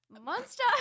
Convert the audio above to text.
Monster